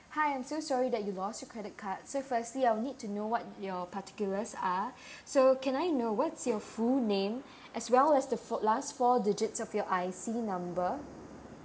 hi I'm so sorry that you lost your credit card so firstly I will need to know what your particulars are so can I know what's your full name as well as the four last four digits of your I_C number